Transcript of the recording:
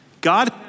God